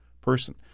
person